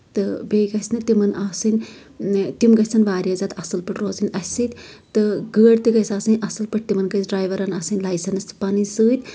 تہٕ بیٚیہِ گژھِ نہٕ تِمن آسٕنۍ تِم گژھن واریاہ زیادٕ اَصٕل پٲٹھۍ روزٕنۍ اَسہِ سۭتۍ تہٕ گٲڑ تہِ گژھِ آسٕنۍ اَصٕل پٲٹھۍ تِمن گژھِ ڈریورَن آسٕنۍ لایسنٕز تہِ سۭتۍ